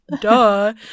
Duh